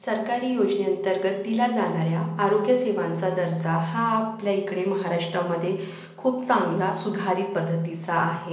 सरकारी योजने अंतर्गत दिल्या जाणाऱ्या आरोग्यसेवांचा दर्जा हा आपल्या इकडे महाराष्ट्रामध्ये खूप चांगला सुधारित पद्धतीचा आहे